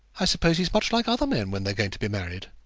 i suppose he's much like other men when they're going to be married.